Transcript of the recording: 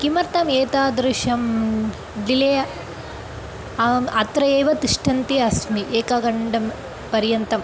किमर्थम् एतादृशं डिले आम् अत्र एव तिष्ठन्ती अस्मि एकघण्टा पर्यन्तम्